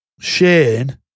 Shane